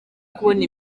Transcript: kubona